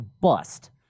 bust